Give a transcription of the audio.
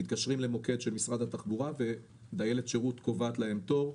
מתקשרים למוקד של משרד התחבורה ודיילת שירות קובעת להם תור.